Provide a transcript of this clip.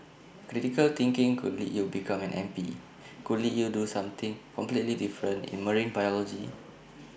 critical thinking could lead you become an M P could lead you do something completely different in marine biology